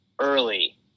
Early